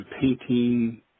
painting